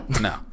No